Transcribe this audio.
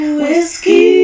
whiskey